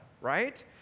right